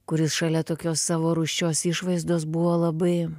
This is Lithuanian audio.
kuris šalia tokios savo rūsčios išvaizdos buvo labai